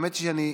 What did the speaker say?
האמת שאני,